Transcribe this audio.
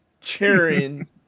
cheering